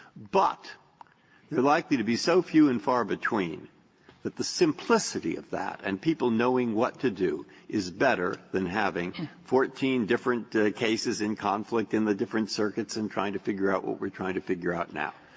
but they're likely to be so few and far between that the simplicity of that and people knowing what to do is better than having fourteen different cases in conflict in the different circuits and trying to figure out what we're trying to figure out now.